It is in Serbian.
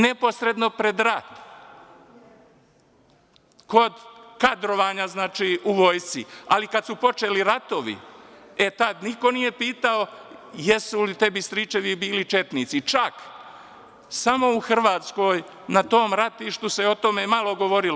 Neposredno pred rat, kod kadrovanja, znači u vojsci, ali kada su počeli ratovi, e tada niko nije pitao, jesu li tebi stričevi bili četnici, čak samo u Hrvatskoj na tom ratištu se o tome malo govorilo.